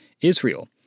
Israel